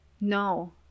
No